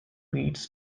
leads